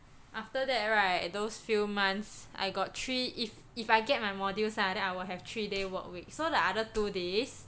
after that right those few months I got three if if I get my modules lah then I will have three day work week so the other two days